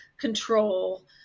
control